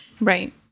right